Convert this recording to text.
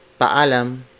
paalam